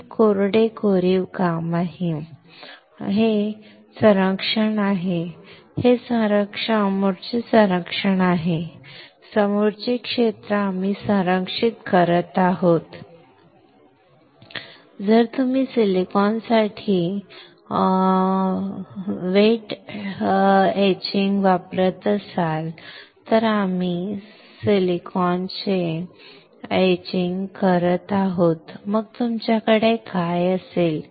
हे कोरडे कोरीव काम आहे बरोबर हे संरक्षण आहे हे समोरचे संरक्षण आहे समोरचे क्षेत्र आम्ही संरक्षित करत आहोत संरक्षण किंवा जर तुम्ही सिलिकॉनसाठी ओले नक्षी वापरत असाल तर आम्ही सिलिकॉनचे नक्षीकाम करत आहोत मग तुमच्याकडे काय असेल